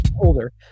older